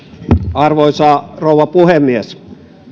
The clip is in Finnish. arvoisa rouva puhemies